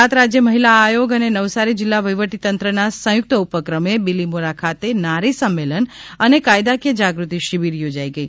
ગુજરાત રાજ્ય મહિલા આયોગ અને નવસારી જિલ્લા વહીવટીતંત્રના સંયુક્ત ઉપક્રમે બિલીમોરા ખાતે નારી સંમેલનઅને કાયદાકીય જાગૃતિ શિબિર યોજાઇ ગઈ